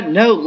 no